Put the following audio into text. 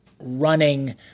running